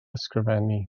ysgrifennu